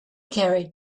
carried